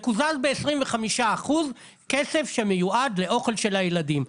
מקוזז ב-25% כסף שמיועד לאוכל של הילדים.